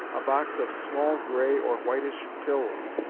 a box of small gray, or whitish pills,